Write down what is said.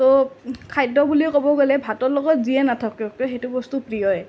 তো খাদ্য বুলি ক'ব গ'লে ভাতৰ লগত যিয়ে নাথাকক সেইটো বস্তু প্ৰিয়ই